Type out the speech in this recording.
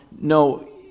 no